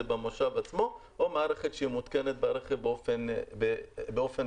במושב עצמו או מערכת שמותקנת ברכב באופן קבוע.